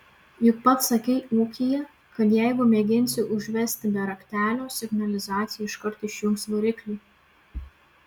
juk pats sakei ūkyje kad jeigu mėginsi užvesti be raktelio signalizacija iškart išjungs variklį